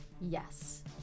Yes